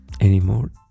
anymore